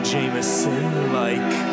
Jameson-like